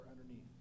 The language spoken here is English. underneath